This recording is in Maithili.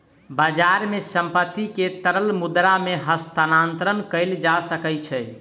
बजार मे संपत्ति के तरल मुद्रा मे हस्तांतरण कयल जा सकै छै